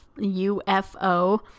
UFO